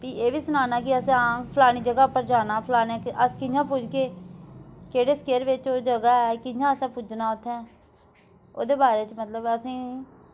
फ्ही एह् बी सनाना कि असें हां फलानी जगह् उप्पर जाना फलाने ते अस कियां पुज्जगे केह्ड़े स्टेट बिच्च ओह् जगह् ऐ कि'यां अस पुज्जना उत्थें ओह्दे बारे च मतलब असें